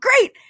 great